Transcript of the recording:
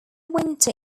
winter